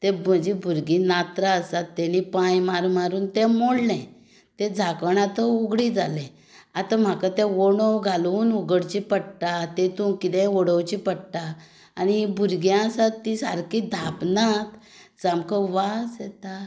तें म्हजी भुरगीं नात्रां आसा ताणीं पांय मारून मारून तें मोडलें तें धांकण आतां उगडें जालें आतां म्हाका तें ओणव घालून उगडचें पडटा तातूंत कितेंय उडोवचें पडटा आनी भुरगीं आसात तीं सामकीं धांपनात सामको वास येता